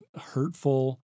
hurtful